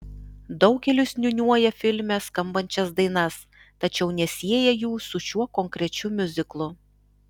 daugelis niūniuoja filme skambančias dainas tačiau nesieja jų su šiuo konkrečiu miuziklu